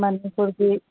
ꯃꯅꯤꯄꯨꯔꯒꯤ